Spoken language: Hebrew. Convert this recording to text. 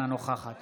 אינה נוכחת